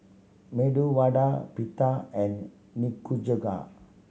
Medu Vada Pita and Nikujaga